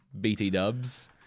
BT-dubs